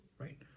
right